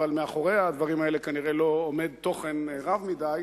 אבל מאחורי הדברים האלה כנראה לא עומד תוכן רב מדי.